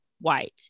white